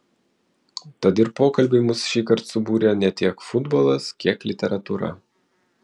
tad ir pokalbiui mus šįkart subūrė ne tiek futbolas kiek literatūra